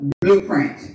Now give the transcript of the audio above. blueprint